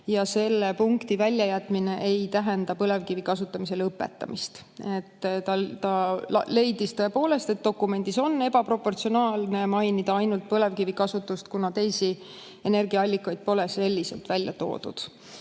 ja selle punkti väljajätmine ei tähenda põlevkivi kasutamise lõpetamist. Ta leidis, et dokumendis on ebaproportsionaalne mainida ainult põlevkivi kasutust, kuna teisi energiaallikaid pole selliselt välja toodud.